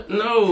no